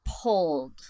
pulled